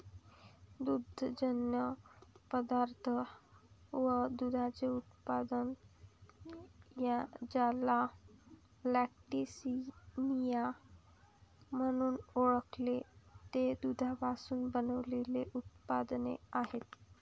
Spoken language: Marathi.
दुग्धजन्य पदार्थ व दुधाची उत्पादने, ज्याला लॅक्टिसिनिया म्हणून ओळखते, ते दुधापासून बनविलेले उत्पादने आहेत